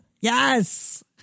Yes